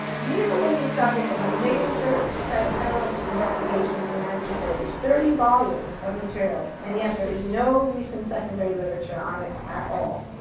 nela was the subject of a major set of federal investigations in the nineteen thirty s. thirty volumes of materials. and yet there is no recent secondary literature on it at all.